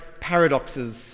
paradoxes